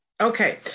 Okay